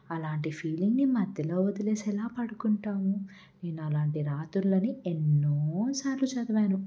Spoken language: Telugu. అలాంటి ఫీలింగ్ని మధ్యలో వదిలేసి ఎలా పడుకుంటాము నేను అలాంటి రాత్రులని ఎన్నోసార్లు చదివాను